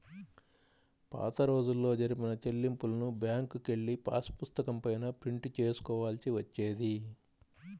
పాతరోజుల్లో జరిపిన చెల్లింపులను బ్యేంకుకెళ్ళి పాసుపుస్తకం పైన ప్రింట్ చేసుకోవాల్సి వచ్చేది